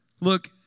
Look